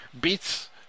beats